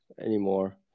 anymore